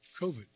COVID